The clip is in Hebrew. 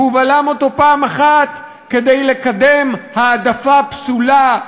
והוא בלם אותו פעם אחת כדי לקדם העדפה פסולה ליקיריו,